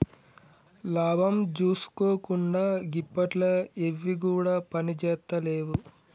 లాభం జూసుకోకుండ గిప్పట్ల ఎవ్విగుడ పనిజేత్తలేవు